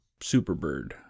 Superbird